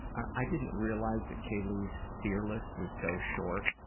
i didn't realize that kaylee's fear list was so short.